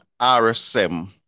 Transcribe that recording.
RSM